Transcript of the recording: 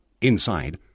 inside